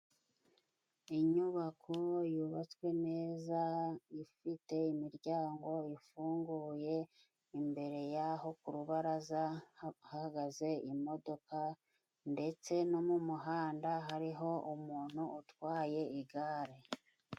Inyubako yubatswe neza ifite imiryango ifunguye, imbere yaho ku rubaraza hahagaze imodoka, ndetse no mu muhanda hariho umuntu utwaye igare.